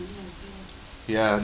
ya